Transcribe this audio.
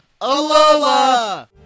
Alola